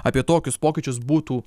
apie tokius pokyčius būtų